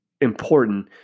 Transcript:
important